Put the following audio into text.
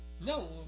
no